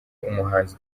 umuhanzi